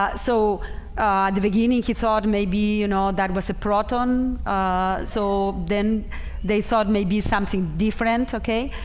ah so the beginning he thought maybe you know, that was a proton so then they thought maybe something different. okay,